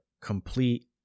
complete